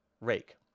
Rake